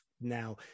now